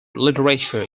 literature